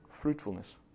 fruitfulness